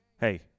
Hey